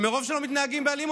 מרוב שהם לא מתנהגים באלימות,